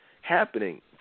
happening